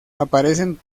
aparecen